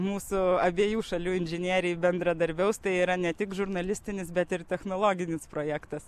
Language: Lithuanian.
mūsų abiejų šalių inžinieriai bendradarbiaus tai yra ne tik žurnalistinis bet ir technologinis projektas